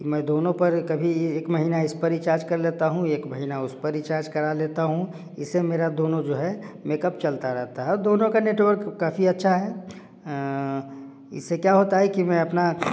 मैं दोनों पर कभी एक महीना इस पर रिचार्ज कर लेता हूँ एक महीना उस पर रिचार्ज करा लेता हूँ इससे मेरा दोनों जो है मेकअप चलता रहता है दोनों का नेटवर्क काफी अच्छा है इससे क्या होता है कि मैं अपना